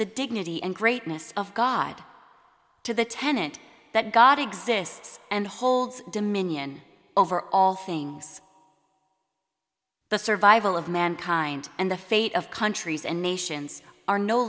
the dignity and greatness of god to the tenant that god exists and holds dominion over all things the survival of mankind and the fate of countries and nations are no